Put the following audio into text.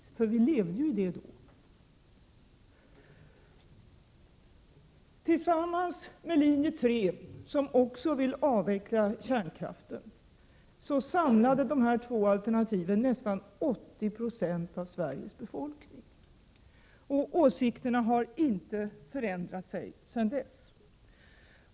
Vi levde ju med det då. Linje 2 tillsammans med linje 3, som också ville avveckla kärnkraften, samlade nästan 80 96 av Sveriges befolkning. Åsikterna har inte förändrats sedan dess.